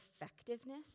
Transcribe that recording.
Effectiveness